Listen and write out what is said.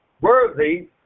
worthy